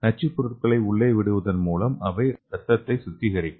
நச்சுப் பொருட்களை உள்ளே விடுவதன் மூலம் அவை ரத்தத்தை சுத்திகரிக்கும்